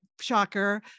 shocker